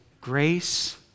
grace